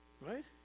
Right